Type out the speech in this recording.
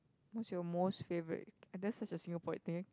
what's your most favourite uh that's just a Singaporean thing